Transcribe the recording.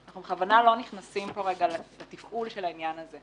אנחנו בכוונה לא נכנסים כאן לתפעול של העניין הזה.